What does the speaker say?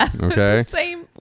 Okay